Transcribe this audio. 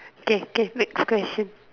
okay okay next question